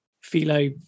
Philo